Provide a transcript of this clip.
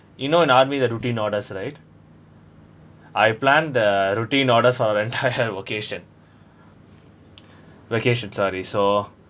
you know in army the routine all those right I plan the routines all this for the entire vocation vacation sorry so